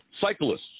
Cyclists